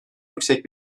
yüksek